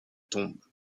tombe